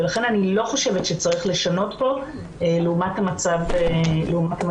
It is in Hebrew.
לכן אני לא חושבת שצריך לשנות פה לעומת המצב הקיים,